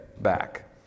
back